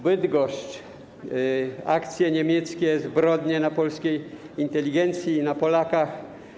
Bydgoszcz, akcje niemieckie, zbrodnie na polskiej inteligencji i na Polakach.